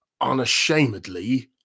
unashamedly